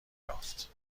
یافت